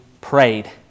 prayed